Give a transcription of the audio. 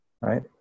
right